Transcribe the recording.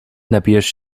napijesz